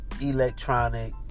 electronic